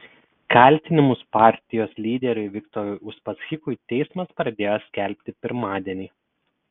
kaltinimus partijos lyderiui viktorui uspaskichui teismas pradėjo skelbti pirmadienį